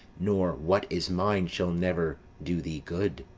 nor what is mine shall never do thee good.